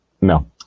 no